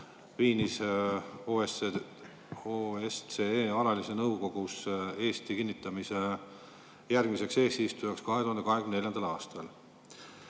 Viinis OSCE alalises nõukogus Eesti kinnitamise järgmiseks eesistujaks 2024. aastal.